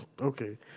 Okay